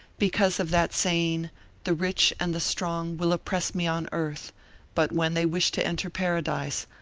because of that saying the rich and the strong will oppress me on earth but when they wish to enter paradise,